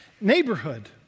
Neighborhood